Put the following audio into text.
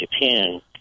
Japan